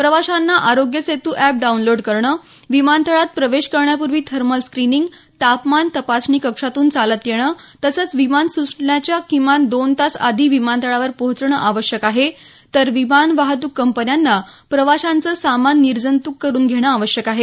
प्रवाशांना Aarogya Setu app download करणं विमानतळात प्रवेश करण्यापूर्वी थर्मल सिक्रिंग तापमान तपासणी कक्षातून चालत येणं तसंच विमान सुटण्याच्या किमान दोन तास आधी विमानतळावर पोहोचणं आवश्यक आहे तर विमान वाहतुक कंपन्यांना प्रवाशांचं सामान निर्जंतुक करून घेणं आवश्यक आहे